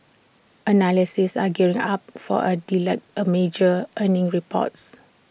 analysts are gearing up for A deluge A major earnings reports